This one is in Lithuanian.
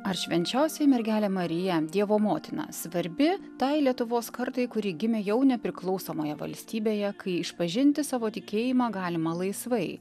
ar švenčiausioji mergelė marija dievo motina svarbi tai lietuvos kartai kuri gimė jau nepriklausomoje valstybėje kai išpažinti savo tikėjimą galima laisvai